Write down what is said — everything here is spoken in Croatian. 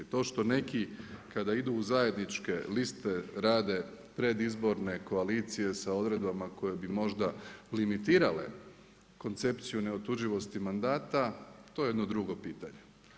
To što neki kada idu u zajedničke liste rade predizborne koalicije sa odredbama koje bi možda limitirale koncepciju neotuđivosti mandata to je je jedno drugo pitanje.